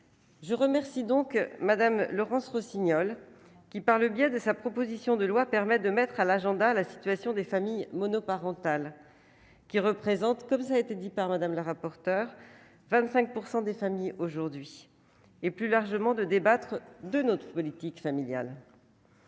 Je remercie donc madame Laurence Rossignol, qui par le biais de sa proposition de loi permet de mettre à l'agenda, la situation des familles monoparentales qui représentent, comme ça a été dit par Madame la rapporteure 25 % des familles aujourd'hui et plus largement de débattre de notre politique familiale.